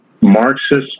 Marxist